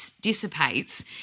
dissipates